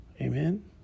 Amen